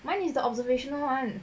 mine is the observational [one]